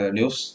News